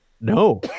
No